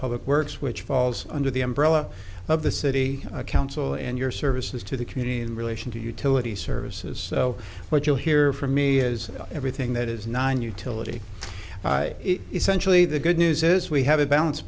public works which falls under the umbrella of the city council in your services to the community in relation to utility services so what you hear from me is everything that is non utility essentially the good news is we have a balance